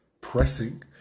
pressing